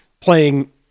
playing